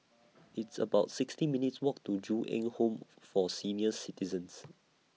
It's about sixty minutes' Walk to Ju Eng Home For Senior Citizens